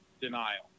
denial